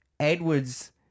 Edwards